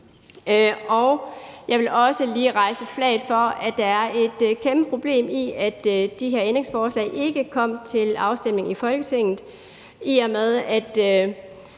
Jeg vil også lige hejse flaget for et kæmpeproblem, der er i, at de her ændringsforslag ikke kom til afstemning i Folketinget. Hvis de var